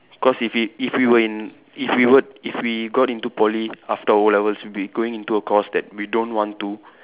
because if it if we were in if we would if we got into Poly after o-levels we will be going into a course we don't want to